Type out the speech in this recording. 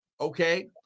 Okay